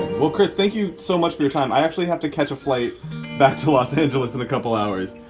well, chris, thank you so much for your time. i actually have to catch a flight back to los angeles in a couple hours.